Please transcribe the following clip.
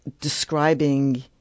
describing